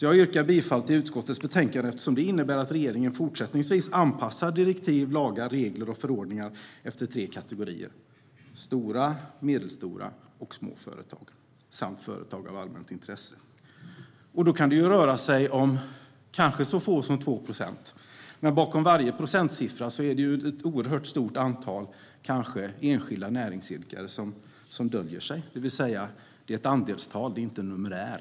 Jag yrkar bifall till utskottets förslag eftersom det innebär att regeringen fortsättningsvis anpassar direktiv, lagar, regler och förordningar efter tre kategorier: stora, medelstora och små företag samt företag av allmänt intresse. Då kan det röra sig om så få som kanske 2 procent, men bakom varje procentsiffra finns ett mycket stort antal enskilda näringsidkare. Det är ett andelstal, inte en numerär.